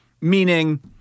meaning